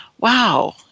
wow